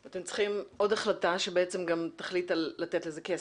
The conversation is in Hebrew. אתם צריכים עוד החלטה שבעצם גם תחליט לתת לזה כסף.